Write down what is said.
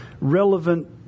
relevant